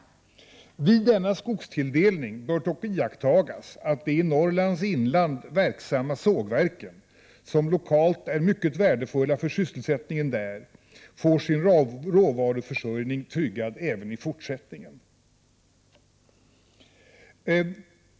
Vid denna skogstilldelning bör dock iakttas att de i Norrlands inland verksamma sågverken, som är mycket värdefulla för sysselsättningen där, får sin råvaruförsörjning tryggad även i fortsättningen.